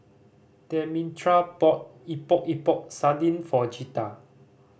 Demetra bought Epok Epok Sardin for Jetta